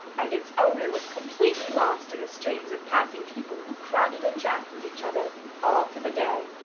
and its owner was completely lost in the streams of passing people who crowded and jostled each other all through the day.